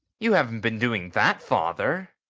you haven't been doing that, father?